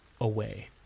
away